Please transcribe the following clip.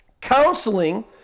counseling